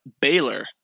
Baylor